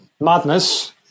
Madness